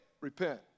Repent